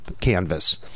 canvas